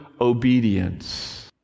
obedience